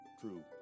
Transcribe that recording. true